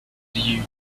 due